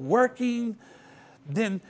working then